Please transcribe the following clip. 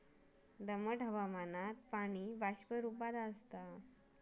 दमट हवामानात पाणी बाष्प रूपात आसता